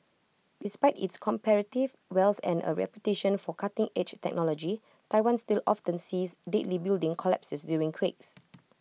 despite its comparative wealth and A reputation for cutting edge technology Taiwan still often sees deadly building collapses during quakes